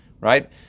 right